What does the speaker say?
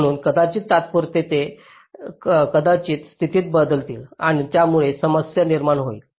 म्हणून कदाचित तात्पुरते ते कदाचित स्थितीत बदलतील आणि यामुळे समस्या निर्माण होईल